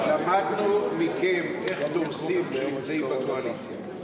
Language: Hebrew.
למדנו מכם איך דורסים כשנמצאים בקואליציה.